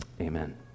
Amen